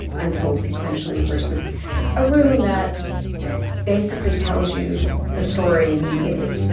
unfold sequentially versus a room that basically tells you the story immediately